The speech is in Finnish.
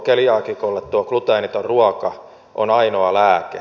keliaakikolle gluteeniton ruoka on ainoa lääke